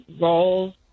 roles